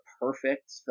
perfect